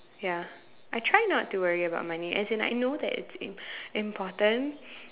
ya I try not to worry about money as in I know that it's im~ important